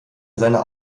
seiner